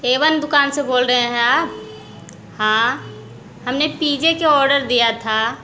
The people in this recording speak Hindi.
ए वन दुकान से बोल रहे हैं आप हाँ हमने पी जे के आर्डर दिया था